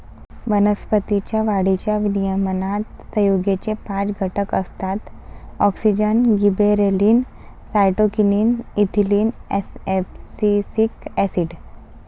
वनस्पतीं च्या वाढीच्या नियमनात संयुगेचे पाच गट असतातः auxin, gibberellin, cytokinin, ethylene, abscisic acid